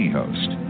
host